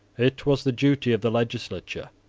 it was the duty of the legislature,